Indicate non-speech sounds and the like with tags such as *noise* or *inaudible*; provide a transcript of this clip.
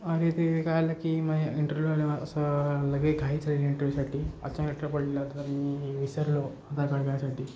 अरे ते काय आलं की माझ्या इंटरव्ह्यूवाले असं लगेच घाईच आहे रे इंटरव्यूसाठी *unintelligible* तर मी विसरलो आधार कार्ड घ्यायसाठी